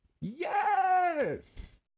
Yes